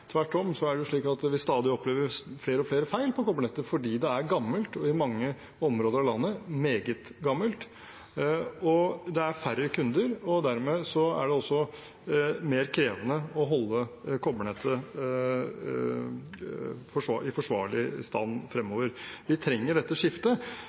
på kobbernettet fordi det er gammelt, og i mange områder av landet meget gammelt. Det er færre kunder, og dermed er det også mer krevende å holde kobbernettet i forsvarlig stand